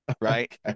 right